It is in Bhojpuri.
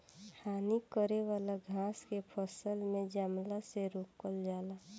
हानि करे वाला घास के फसल में जमला से रोकल जाला